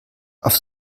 auf